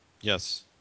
Yes